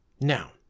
Now